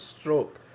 stroke